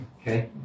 Okay